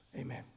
Amen